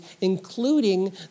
including